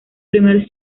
primer